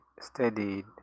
steadied